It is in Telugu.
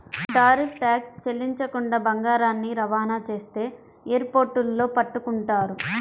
టారిఫ్ ట్యాక్స్ చెల్లించకుండా బంగారాన్ని రవాణా చేస్తే ఎయిర్ పోర్టుల్లో పట్టుకుంటారు